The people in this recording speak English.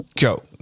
go